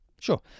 Sure